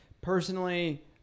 personally